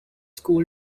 school